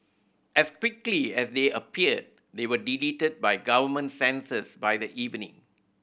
as quickly as they appeared they were deleted by government censors by the evening